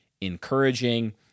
encouraging